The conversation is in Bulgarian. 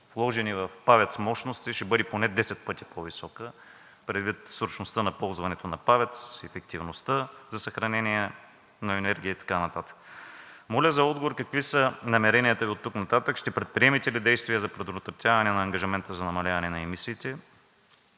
Вложени в ПАВЕЦ мощности ще бъдат поне 10 пъти по-високи, предвид срочността на ползването на ПАВЕЦ, ефективността за съхранение на енергия и така нататък. Моля за отговор какви са намеренията Ви оттук-нататък, ще предприемете ли действия за предотвратяване на ангажимента за намаляване на емисиите